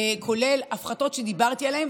כולל הפחתות שדיברתי עליהן,